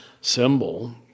symbol